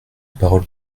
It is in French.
parole